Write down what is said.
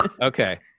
okay